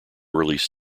release